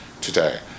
today